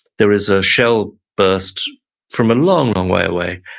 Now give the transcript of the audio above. there is a shell burst from a long, long way away,